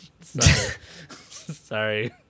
sorry